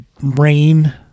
rain